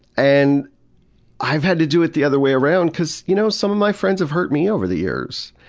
and i've had to do it the other way around, because, you know, some of my friends have hurt me over the years.